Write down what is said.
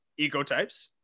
ecotypes